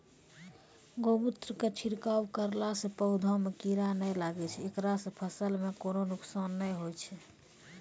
गोमुत्र के छिड़काव करला से पौधा मे कीड़ा नैय लागै छै ऐकरा से फसल मे कोनो नुकसान नैय होय छै?